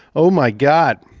oh my god.